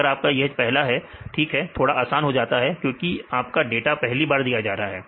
अगर आपका पहला है ठीक है थोड़ा आसान हो जाता है क्योंकि आपका डाटा पहली बार दिया जा रहा है